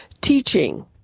teaching